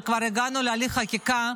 כשכבר הגענו להליך החקיקה.